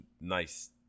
nice